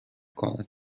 کند